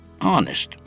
honest